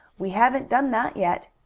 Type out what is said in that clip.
we haven't done that yet.